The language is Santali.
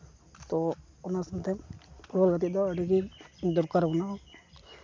ᱛᱚ ᱚᱱᱟ ᱥᱟᱶᱛᱮ ᱵᱚᱞ ᱜᱟᱛᱮ ᱫᱚ ᱟᱹᱰᱤᱜᱮ ᱫᱚᱨᱠᱟᱨᱚᱜ ᱠᱟᱱᱟ